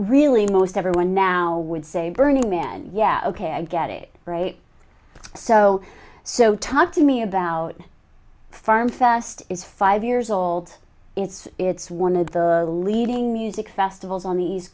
really most everyone now would say burning man yeah ok i get it right so so talk to me about farm fest is five years old it's it's one of the the leading music festivals on the east